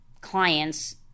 clients